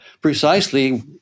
precisely